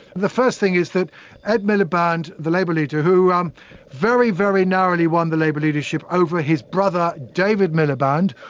the first thing is that ed miliband, the labour leader, who um very, very narrowly won the labour leadership over his brother, david miliband,